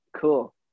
Cool